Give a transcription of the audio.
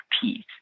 peace